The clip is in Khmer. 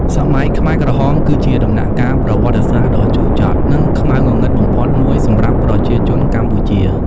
សម័យខ្មែរក្រហម គឺជាដំណាក់កាលប្រវត្តិសាស្ត្រដ៏ជូរចត់និងខ្មៅងងឹតបំផុតមួយសម្រាប់ប្រជាជនកម្ពុជា។